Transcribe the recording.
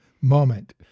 moment